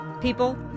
people